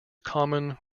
common